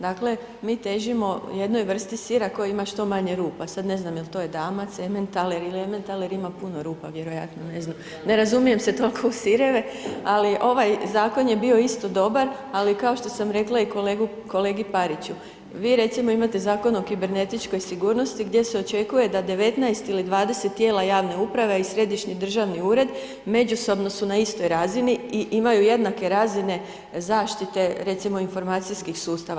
Dakle, mi težimo jednoj vrsti sira koji ima što manje rupa, sad ne znam je li to edamac, ementaler ili ementaler ima puno rupa, vjerojatno, ne znam, ne razumijem se toliko u sireve, ali ovaj Zakon je bio isto dobar, ali kao što sam rekla i kolegi Pariću, vi, recimo, imate Zakon o kibernetičkoj sigurnosti gdje se očekuje da 19 ili 20 tijela javne uprave i Središnji državni ured međusobno su na istoj razini i imaju jednake razine zaštite, recimo, informacijskih sustava.